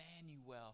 Emmanuel